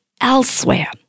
elsewhere